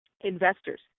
investors